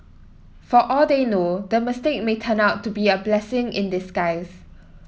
for all they know the mistake may turn out to be a blessing in disguise